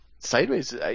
Sideways